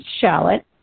shallot